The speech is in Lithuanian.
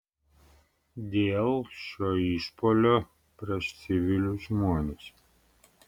dėl šio išpuolio prieš civilius žmones